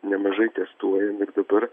nemažai testuojam ir dabar